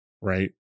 right